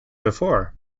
before